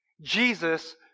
Jesus